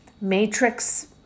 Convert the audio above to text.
matrix